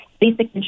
basic